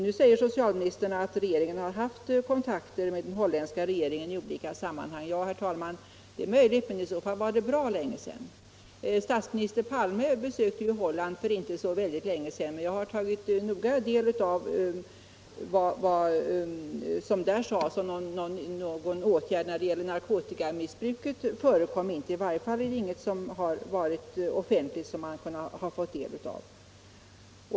Nu säger socialministern att regeringen i olika sammanhang har haft kontakter med den holländska regeringen. Det är möjligt, men det är i så fall bra länge sedan. Statsminister Palme besökte Holland för rätt kort tid sedan, och jag har noga tagit del av vad som därvid sades. Någon åtgärd när det gäller narkotikamissbruket diskuterades inte, i varje fall inte offentligt.